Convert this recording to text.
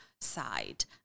side